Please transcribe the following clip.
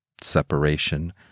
separation